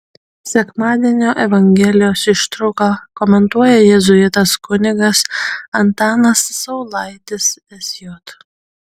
sekmadienio evangelijos ištrauką komentuoja jėzuitas kunigas antanas saulaitis sj